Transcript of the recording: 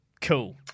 Cool